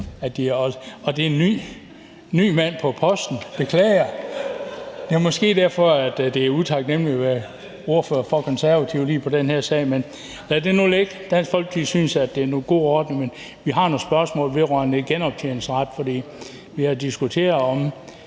det er en ny mand på posten – beklager. Det er måske derfor, det er utaknemligt at være ordfører for Konservative lige på den her sag. Men lad det nu ligge. Dansk Folkeparti synes, det er en god ordning. Men vi har nogle spørgsmål vedrørende genoptjeningsret. Vi har diskuteret